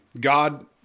God